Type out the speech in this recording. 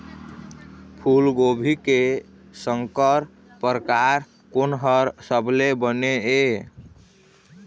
फूलगोभी के संकर परकार कोन हर सबले बने ये?